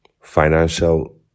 financial